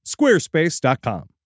squarespace.com